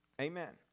Amen